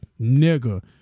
nigga